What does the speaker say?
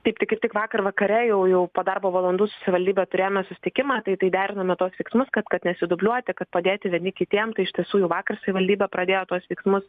taip tai kaip tik vakar vakare jau jau po darbo valandų su savivaldybė turėjome susitikimą tai tai deriname tuos tikslus kad kad nesidubliuotų kad padėti vieni kitiem tai iš tiesų jau vakar savivaldybė pradėjo tuos veiksmus